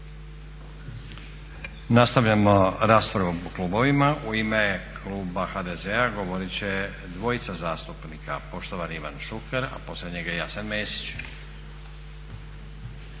Nastavljamo raspravu po klubovima. U ime kluba HDZ-a govorit će dvojica zastupnika, poštovani Ivan Šuker, a poslije njega Jasen Mesić.